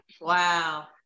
wow